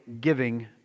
giving